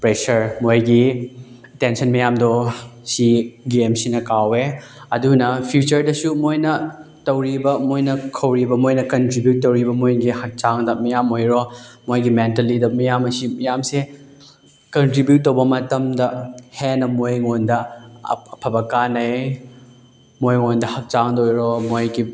pressure ꯃꯣꯏꯒꯤ tension ꯃꯌꯥꯝꯗꯣ ꯁꯤ ꯒꯦꯝꯁꯤꯅ ꯀꯥꯎꯋꯦ ꯑꯗꯨꯅ ꯐ꯭ꯌꯨꯆꯔꯗꯁꯨ ꯃꯣꯏꯅ ꯇꯧꯔꯤꯕ ꯃꯣꯏꯅ ꯈꯧꯔꯤꯕ ꯃꯣꯏꯅ ꯀꯟꯇ꯭ꯔꯤꯕ꯭ꯌꯨꯠ ꯇꯧꯔꯤꯕ ꯃꯣꯏꯒꯤ ꯍꯛꯆꯥꯡꯗ ꯃꯌꯥꯝ ꯑꯣꯏꯔꯣ ꯃꯣꯏꯒꯤ ꯃꯦꯟꯇꯦꯜꯂꯤꯗ ꯃꯤꯌꯥꯝ ꯑꯁꯤ ꯃꯌꯥꯝꯁꯦ ꯀꯟꯇ꯭ꯔꯤꯕ꯭ꯌꯨꯠ ꯇꯧꯕ ꯃꯇꯝꯗ ꯍꯦꯟꯅ ꯃꯣꯏꯉꯣꯟꯗ ꯑꯐꯕ ꯀꯥꯟꯅꯩ ꯃꯣꯏꯉꯣꯟꯗ ꯍꯛꯆꯥꯡꯗ ꯑꯣꯏꯔꯣ ꯃꯣꯏꯒꯤ